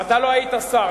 ואתה לא היית שר,